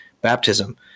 baptism